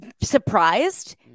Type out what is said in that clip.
surprised